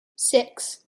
six